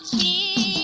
the